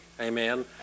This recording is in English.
Amen